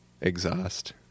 exhaust